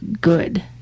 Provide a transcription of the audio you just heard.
good